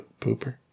Pooper